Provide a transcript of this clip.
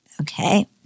Okay